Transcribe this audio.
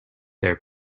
their